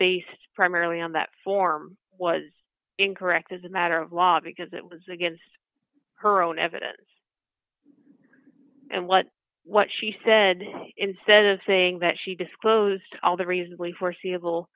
based primarily on that form was incorrect as a matter of law because it was against her own evidence and what what she said instead of saying that she disclosed all the reasonably foreseeable